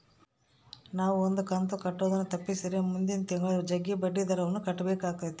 ನಾವು ಒಂದು ಕಂತು ಕಟ್ಟುದನ್ನ ತಪ್ಪಿಸಿದ್ರೆ ಮುಂದಿನ ತಿಂಗಳು ಜಗ್ಗಿ ಬಡ್ಡಿದರವನ್ನ ಕಟ್ಟಬೇಕಾತತೆ